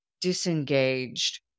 disengaged